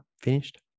finished